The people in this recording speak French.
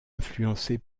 influencée